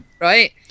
Right